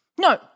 no